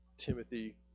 Timothy